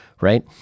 Right